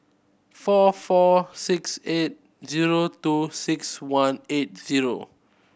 four four six eight zero two six one eight zero